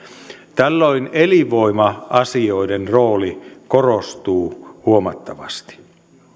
tällöin elinvoima asioiden rooli korostuu huomattavasti